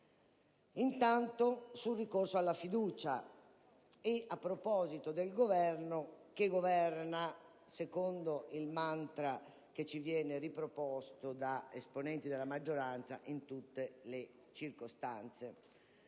Intanto sul ricorso alla fiducia e a proposito del «Governo che governa», secondo il mantra che ci viene riproposto da esponenti della maggioranza in tutte le circostanze: